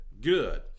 good